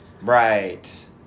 right